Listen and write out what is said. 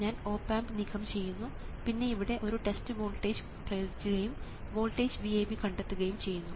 ഞാൻ op amp നീക്കം ചെയ്യുന്നു പിന്നെ ഇവിടെ ഒരു ടെസ്റ്റ് വോൾട്ടേജ് പ്രയോഗിക്കുകയും വോൾട്ടേജ് VAB കണ്ടെത്തുകയും ചെയ്യുന്നു